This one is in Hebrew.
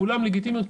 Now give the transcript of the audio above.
כולן לגיטימיות,